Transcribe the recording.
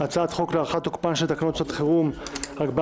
הצעת חוק להארכת תוקפן של תקנות שעת חירום (הגבלת